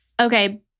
Okay